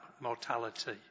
mortality